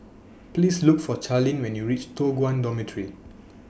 Please Look For Charline when YOU REACH Toh Guan Dormitory